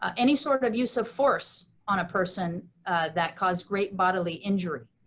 ah any sort of use of force on a person that caused great bodily injury.